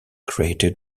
created